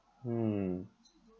mm